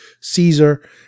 Caesar